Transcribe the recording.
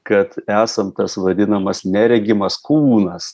kad esam tas vadinamas neregimas kūnas